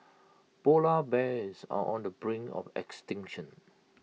Polar Bears are on the brink of extinction